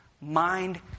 mind